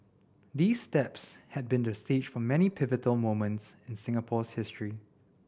these steps had been the stage for many pivotal moments in Singapore's history